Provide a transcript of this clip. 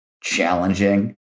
challenging